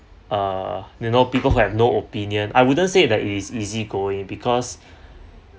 uh you know people who have no opinion I wouldn't say that is easy going because